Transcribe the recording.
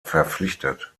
verpflichtet